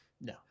no